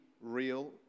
real